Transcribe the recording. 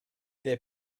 they